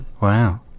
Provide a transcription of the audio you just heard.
Wow